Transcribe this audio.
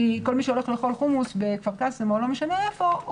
כל מי שהולך לאכול חומוס בכפר קאסם או לא משנה איפה,